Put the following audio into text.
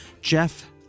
Jeff